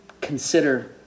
consider